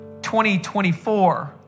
2024